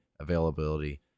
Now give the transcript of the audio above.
availability